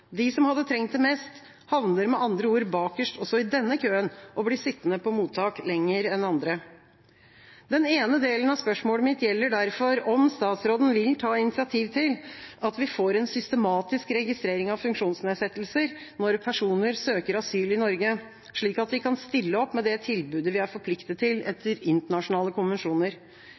De som hadde trengt det mest, havner med andre ord bakerst også i denne køen og blir sittende på mottak lenger enn andre. Den ene delen av spørsmålet mitt gjelder derfor om statsråden vil ta initiativ til at vi får en systematisk registrering av funksjonsnedsettelser når personer søker asyl i Norge, slik at vi kan stille opp med det tilbudet vi er forpliktet til, etter internasjonale konvensjoner.